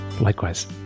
likewise